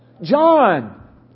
John